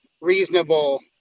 Reasonable